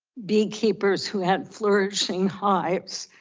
beekeepers who had flourishing hives,